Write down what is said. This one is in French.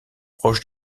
proche